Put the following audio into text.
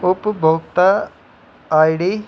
उपभोक्ता I D